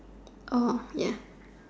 Oh ya